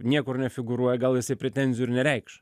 niekur nefigūruoja gal jisai pretenzijų ir nereikš